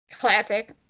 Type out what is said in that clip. Classic